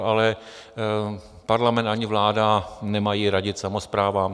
Ale parlament ani vláda nemají radit samosprávám.